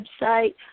website